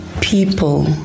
people